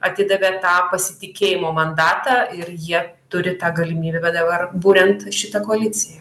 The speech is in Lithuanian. atidavė tą pasitikėjimo mandatą ir jie turi tą galimybę dabar buriant šitą koaliciją